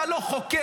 אתה לא חוקר,